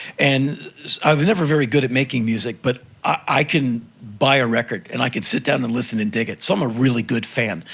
and i've never been very good at making music, but i can buy a record and i can sit down and listen and dig it. so i'm a really good fan.